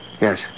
Yes